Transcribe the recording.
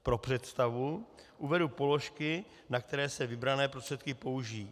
Pro představu uvedu položky, na které se vybrané prostředky použijí.